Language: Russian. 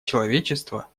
человечества